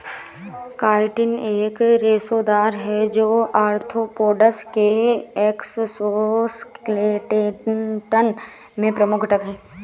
chitin एक रेशेदार है, जो आर्थ्रोपोड्स के एक्सोस्केलेटन में प्रमुख घटक है